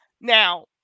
Now